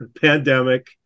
pandemic